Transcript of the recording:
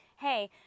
hey